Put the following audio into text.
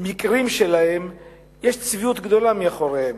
מקרים יש צביעות גדולה מאחוריהן,